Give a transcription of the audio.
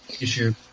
issue